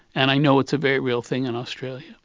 and i know it's a very real thing in australia.